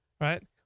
Right